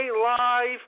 live